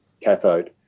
cathode